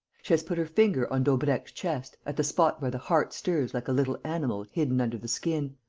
she has put her finger on daubrecq's chest, at the spot where the heart stirs like a little animal hidden under the skin.